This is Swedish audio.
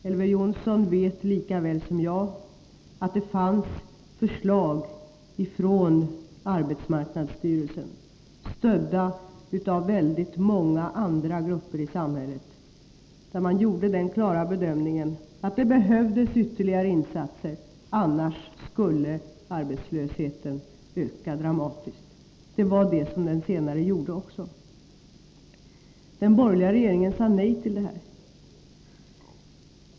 Elver Jonsson vet lika väl som jag att det fanns förslag från arbetsmarknadsstyrelsen som stöddes av väldigt många andra grupper i samhället. Man gjorde där den klara bedömningen att det behövdes ytterligare insatser — annars skulle arbetslösheten öka dramatiskt. Det var också vad som senare skedde. Den borgerliga regeringen sade nej till detta.